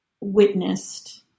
witnessed